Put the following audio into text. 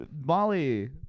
Molly